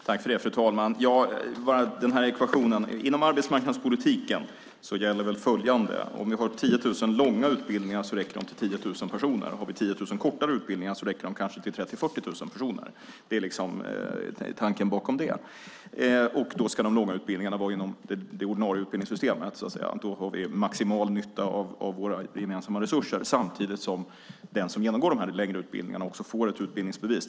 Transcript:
Fru talman! I fråga om ekvationen gäller följande inom arbetsmarknadspolitiken. Om vi har 10 000 långa utbildningar räcker de till 10 000 personer. Har vi 10 000 kortare utbildningar räcker de kanske till 30 000-40 000 personer. Det är tanken bakom det. De långa utbildningarna ska vara inom det ordinarie utbildningssystemet. Då har vi maximal nytta av våra gemensamma resurser samtidigt som de som genomgår de längre utbildningarna också får ett utbildningsbevis.